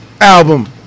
Album